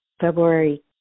February